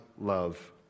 love